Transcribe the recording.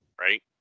right